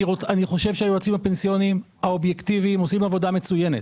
אני חושב שהיועצים הפנסיוניים האובייקטיביים עושים עבודה מצוינת.